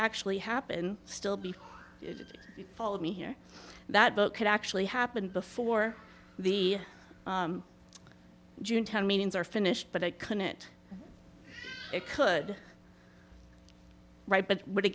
actually happen still be followed me here that vote could actually happen before the june town meetings are finished but i couldn't it could right but w